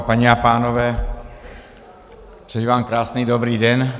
Paní a pánové, přeji vám krásný dobrý den.